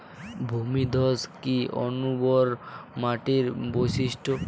ভূমিধস কি অনুর্বর মাটির বৈশিষ্ট্য?